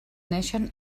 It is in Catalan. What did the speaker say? naixen